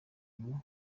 ngo